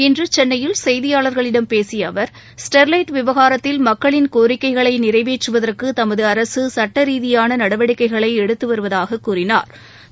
இன்று சென்னையில் செய்தியாளர்களிடம் பேசிய அவர் ஸ்டெர்லைட் விவகாரத்தில் மக்களின் கோரிக்கைகளை நிறைவேற்றுவதற்கு தமது அரசு சட்ட ரீதியான நடவடிக்கைகளை எடுத்து வருவதாகக் கூறினா்